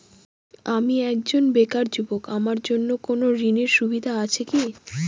আমি একজন বেকার যুবক আমার জন্য কোন ঋণের সুবিধা আছে কি?